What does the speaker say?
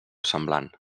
semblant